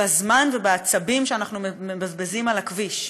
בזמן ובעצבים שאנחנו מבזבזים על הכביש.